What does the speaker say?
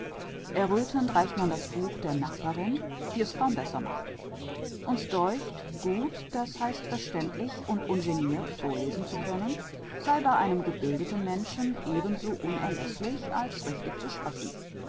erröthend reicht man das buch der nachbarin die es kaum besser macht uns däucht gut d h verständlich und ungenirt vorlesen zu können sei bei einem gebildeten menschen eben so unerläßlich als richtig zu sprechen